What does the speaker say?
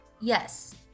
Yes